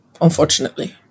Unfortunately